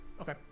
Okay